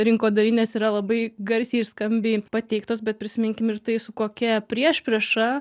rinkodarinės yra labai garsiai ir skambiai pateiktos bet prisiminkim ir tai su kokia priešprieša